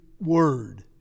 word